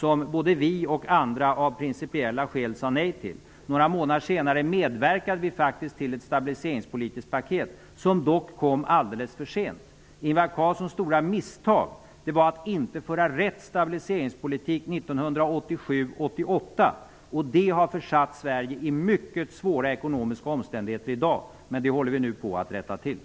Av principiella skäl sade både vi och andra nej till det. Några månader senare medverkade vi faktiskt till ett stabiliseringspolitiskt paket som dock kom alldeles för sent. Ingvar Carlssons stora misstag var att inte föra rätt stabiliseringspolitik 1987/88. Det har i dag försatt Sverige i mycket svåra ekonomiska omständigheter som vi nu håller på att rätta till.